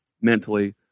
mentally